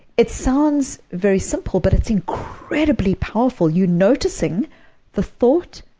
it sounds very simple, but it's incredibly powerful. you're noticing the thought,